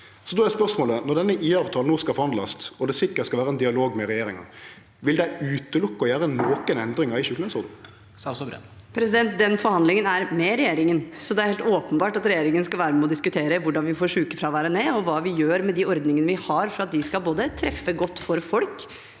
Når denne IA-avtalen no skal forhandlast, og det sikkert skal vere ein dialog med regjeringa: Vil ein utelukke å gjere nokon endringar i sjukelønsordninga? Statsråd Tonje Brenna Den forhandlin- gen er med regjeringen. Det er helt åpenbart at regjeringen skal være med og diskutere hvordan vi får sykefraværet ned, og hva vi gjør med de ordningene vi har for at de skal treffe godt for folk,